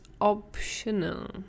optional